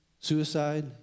suicide